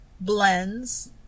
blends